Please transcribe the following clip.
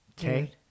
Okay